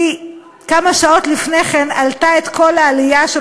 היא כמה שעות לפני כן עלתה את כל העלייה של